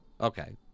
Okay